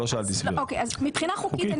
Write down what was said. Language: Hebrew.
מבחינה חוקית,